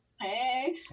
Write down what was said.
Hey